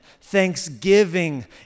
Thanksgiving